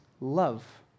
love